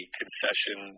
concession